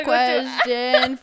Question